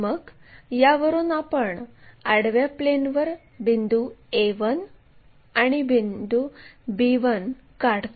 मग यावरून आपण आडव्या प्लेनवर बिंदू a1 आणि b1 काढतो